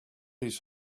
his